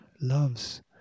loves